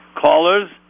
callers